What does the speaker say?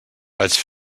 vaig